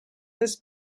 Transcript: has